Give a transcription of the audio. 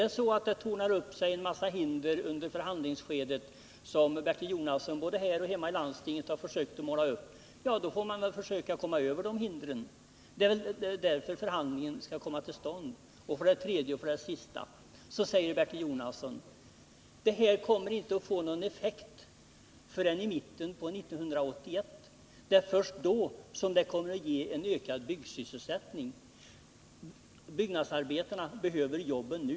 Tornar det upp sig en massa hinder under förhandlingsskedet, som Bertil Jonasson både här och hemma i landstinget försöker måla upp, får man försöka komma över de hindren. Det är därför förhandlingen skall komma till stånd. För det tredje säger Bertil Jonasson: Detta kommer inte att få någon effekt förrän i mitten av 1981. Det är först då detta kommer att ge en ökad byggsysselsättning. Byggnadsarbetarna behöver jobben nu.